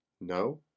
No